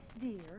dear